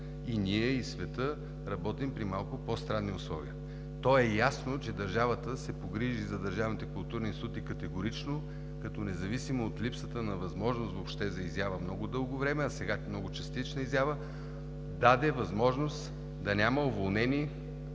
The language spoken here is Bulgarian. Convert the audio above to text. и ние, и светът работим при малко по-странни условия. Ясно е, че държавата ще се погрижи за държавните културни институти категорично, като независимо от липсата на възможност въобще за изява много дълго време, а сега с частична изява, даде възможност да няма уволнени